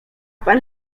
pan